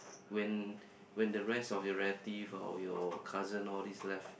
when when the rest of your relative or your cousins all these left